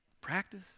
Practice